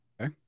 Okay